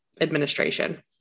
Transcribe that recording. administration